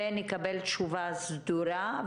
ונקבל תשובה סדורה.